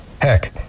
Heck